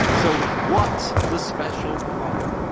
so what's the special problem?